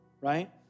right